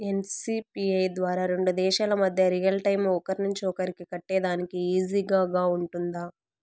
NCPI ద్వారా రెండు దేశాల మధ్య రియల్ టైము ఒకరి నుంచి ఒకరికి కట్టేదానికి ఈజీగా గా ఉంటుందా?